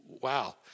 wow